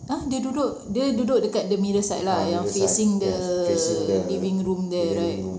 ah dia duduk dia duduk dekat the mirror side lah yang facing the living room there right